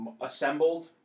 Assembled